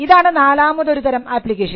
ഇതാണ് നാലാമതൊരു തരം ആപ്ലിക്കേഷൻ